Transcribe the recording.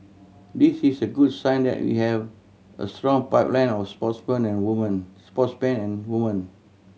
this is a good sign that we have a strong pipeline of sportsmen and women sportsmen and women